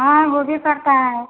हाँ होली करता है